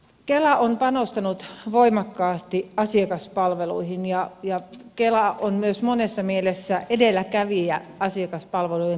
kela on panostanut voimakkaasti asiakaspalveluihin ja kela on myös monessa mielessä edelläkävijä asiakaspalvelujen kehittämisessä